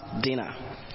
dinner